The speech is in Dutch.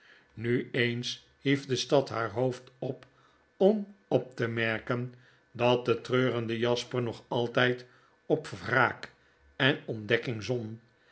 nu eens hief de stad haar hoofd op om op te merken dat de treurende jasper nog alttjd op wraak en onfcdekking zon